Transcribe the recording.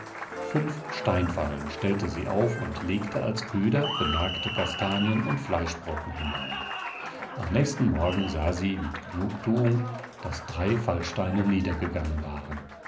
fünf steinfallen stellte sie auf und legte als köder benagte kastanien und fleischbrocken hinein am nächsten morgen sah sie mit genugtuung daß drei fallsteine niedergegangen waren